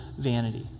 vanity